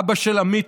אבא של עמית,